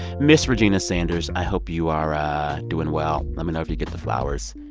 miss regina sanders, i hope you are ah doing well. let me know if you get the flowers.